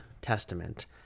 Testament